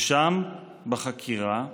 ושם, בחקירה,